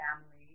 family